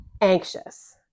anxious